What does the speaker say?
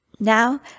Now